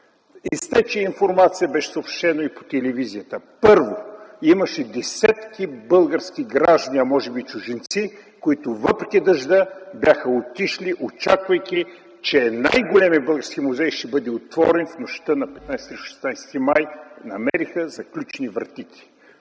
изтече информация – беше съобщено и по телевизията, първо, имаше десетки български граждани, а може би и чужденци, които въпреки дъжда бяха отишли, очаквайки, че най-големият български музей ще бъде отворен в Нощта на 15 срещу 16 май, но намериха вратите